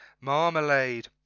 Marmalade